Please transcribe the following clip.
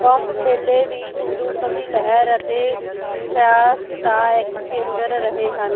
ਕੁੰਭ ਮੇਲੇ ਵੀ ਹਿੰਦੂ ਤਵੀ ਲਹਿਰ ਅਤੇ ਸਿਆਸਤ ਦਾ ਇੱਕ ਕੇਂਦਰ ਰਹੇ ਹਨ